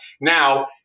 now